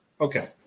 Okay